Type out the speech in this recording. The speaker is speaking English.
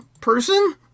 person